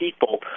people